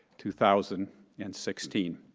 two thousand and sixteen,